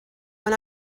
when